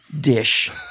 dish